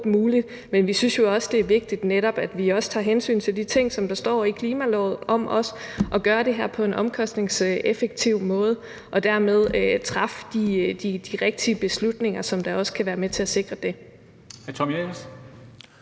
muligt, men vi synes jo også netop, det er vigtigt, at vi også tager hensyn til de ting, der står i klimaloven om at gøre det her på en omkostningseffektiv måde og træffe de rigtige beslutninger, der også kan være med til at sikre det.